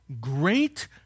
great